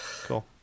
Cool